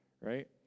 right